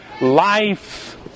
life